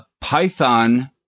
Python